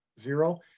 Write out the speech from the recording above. Zero